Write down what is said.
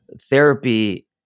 therapy